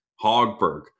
Hogberg